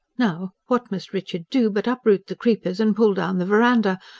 now, what must richard do but uproot the creepers and pull down the verandah,